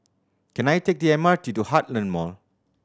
can I take the M R T to Heartland Mall